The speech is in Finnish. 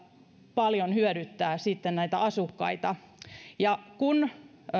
paljon hyödyttää sitten näitä asukkaita kun